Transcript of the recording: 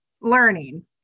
learning